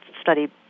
study